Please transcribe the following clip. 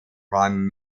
prime